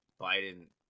Biden